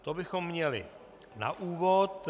To bychom měli na úvod.